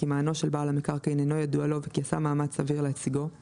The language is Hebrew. כי מענו של בעל המקרקעין אינו ידוע לו וכי עשה מאמץ סביר להשיגו,